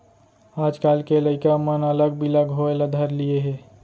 आजकाल के लइका मन अलग बिलग होय ल धर लिये हें